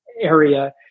area